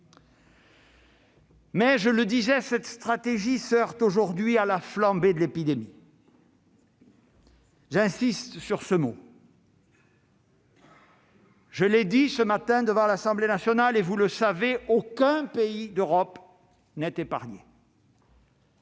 constante. Toutefois, cette stratégie se heurte aujourd'hui à la flambée de l'épidémie, j'insiste sur ce mot. Je l'ai dit ce matin devant l'Assemblée nationale et vous le savez : aucun pays d'Europe n'est épargné.